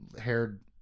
haired